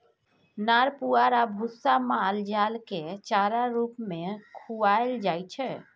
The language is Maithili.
नार पुआर आ भुस्सा माल जालकेँ चारा रुप मे खुआएल जाइ छै